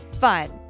fun